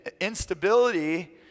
instability